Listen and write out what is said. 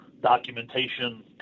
documentation